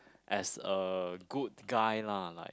as a good guy lah like